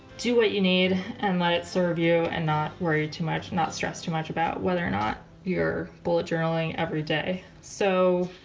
do what you need and let it serve you and not worry too much not stress too much about whether or not you're bullet journaling every day. so